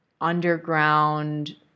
underground